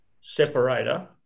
separator